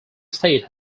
state